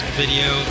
video